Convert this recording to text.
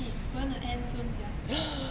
eh gonna end soon sia